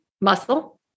Muscle